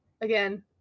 Again